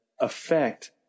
affect